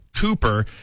Cooper